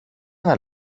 ένα